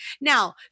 Now